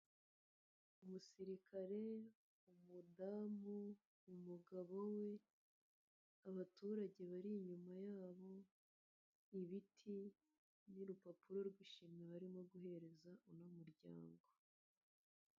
Umusirikare, umudamu, umugabo we, abaturage bari inyuma yabo, ibiti, n'urupapuro rw'ishimwe barimo guhereza uno muryango.